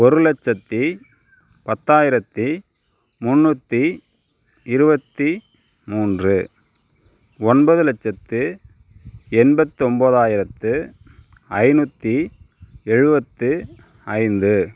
ஒரு லட்சத்தி பத்தாயிரத்தி முன்னூற்றி இருபத்தி மூன்று ஒன்பது லட்சத்து எண்பத்தொம்பதாயிரத்து ஐநூற்றி எழுபத்து ஐந்து